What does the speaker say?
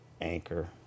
Anchor